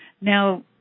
Now